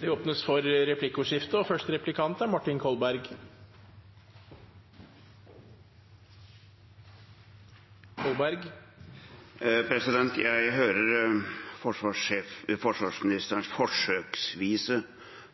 Jeg hører forsvarsministerens forsøksvise